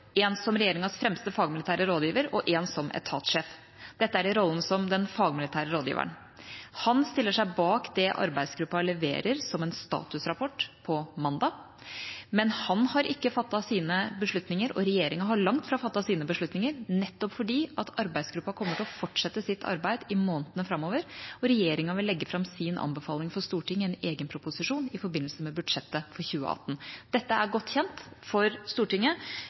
én som regjeringas fremste fagmilitære rådgiver og én som etatsjef. Dette er i rollen som den fagmilitære rådgiveren. Han stiller seg bak det arbeidsgruppa leverer som en statusrapport på mandag, men han har ikke fattet sine beslutninger, og regjeringa har langt fra fattet sine beslutninger, nettopp fordi arbeidsgruppa kommer til å fortsette sitt arbeid i månedene framover, og regjeringa vil legge fram sin anbefaling for Stortinget i en egen proposisjon i forbindelse med budsjettet for 2018. Dette er godt kjent for Stortinget,